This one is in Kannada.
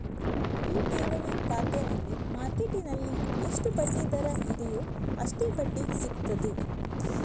ಈ ಠೇವಣಿ ಖಾತೆನಲ್ಲಿ ಮಾರ್ಕೆಟ್ಟಿನಲ್ಲಿ ಎಷ್ಟು ಬಡ್ಡಿ ದರ ಇದೆಯೋ ಅಷ್ಟೇ ಬಡ್ಡಿ ಸಿಗ್ತದೆ